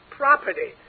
property